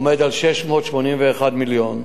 681 מיליון.